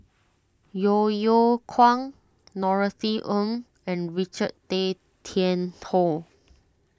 Yeo Yeow Kwang Norothy Ng and Richard Tay Tian Hoe